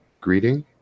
greeting